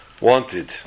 wanted